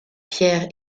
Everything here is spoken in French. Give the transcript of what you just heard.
pierre